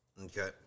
Okay